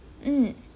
mm